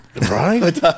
Right